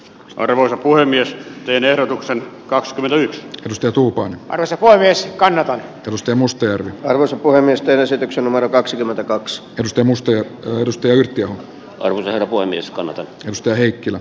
arvoisa puhemies teen ehdotuksen kakskymmentäyks nosteltu ukon kanssa painiessa kannattaa tutustua muste arvoisa puhemies esityksen numero kaksikymmentäkaksi tutkimusta ennustajayhtiö on voimistanut risto heikkilä